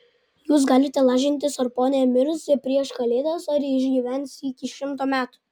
jūs galite lažintis ar ponia mirs prieš kalėdas ar išgyvens iki šimto metų